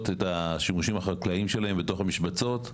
את השימושים החקלאיים שלהם בתוך המשבצות,